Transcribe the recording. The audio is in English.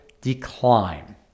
decline